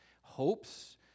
hopes